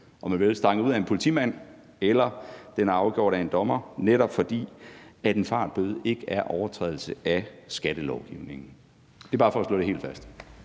om man vil, stanget ud af en politimand, eller om den er afgjort af en dommer, netop fordi en fartforseelse ikke er en overtrædelse af skattelovgivningen. Det er bare for at slå det helt fast.